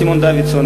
סימון דוידסון,